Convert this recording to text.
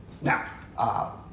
Now